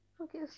Okay